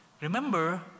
Remember